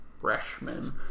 freshman